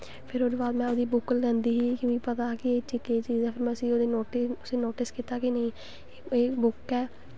फिर में ओह्दी बुक्क लैंदी ही मिगी पता हा कि केह् चीज़ ऐ फिर में उस्सी नोटिस कीता कि एह् बुक्क ऐ